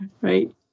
Right